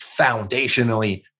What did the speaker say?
foundationally